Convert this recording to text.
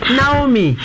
Naomi